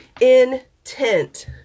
Intent